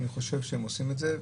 אני חושב שהם עושים את זה.